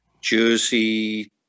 Jersey